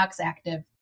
Active